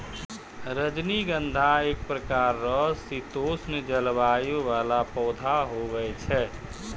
रजनीगंधा एक प्रकार रो शीतोष्ण जलवायु वाला पौधा हुवै छै